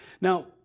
Now